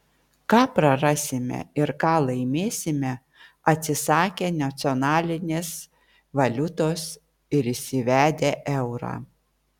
ką prarasime ir ką laimėsime atsisakę nacionalinės valiutos ir įsivedę eurą